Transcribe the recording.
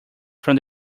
from